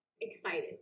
excited